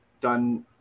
done